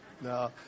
no